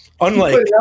Unlike-